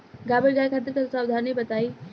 गाभिन गाय खातिर सावधानी बताई?